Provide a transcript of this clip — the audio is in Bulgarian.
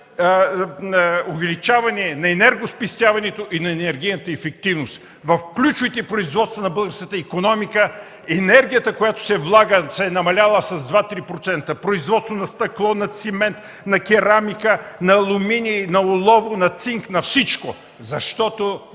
увеличаване на енергоспестяването и на енергийната ефективност. В ключовите производства на българската икономика енергията, която се влага, е намаляла с 2-3% – производството на стъкло, на цимент, на керамика, на алуминий, на олово, на цинк, на всичко, защото